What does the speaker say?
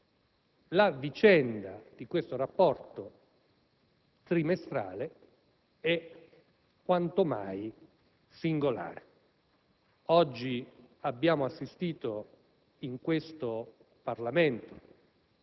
la vicenda di detto rapporto trimestrale è quanto mai singolare. Oggi abbiamo assistito, in questo Parlamento,